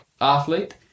athlete